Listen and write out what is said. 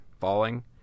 falling